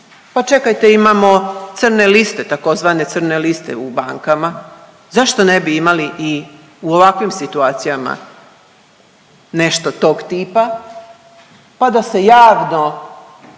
Pa čekajte, imamo crne liste, tzv. crne liste u bankama, zašto ne bi imali i u ovakvim situacijama nešto tog tipa pa da se javno